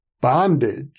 Bondage